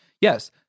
Yes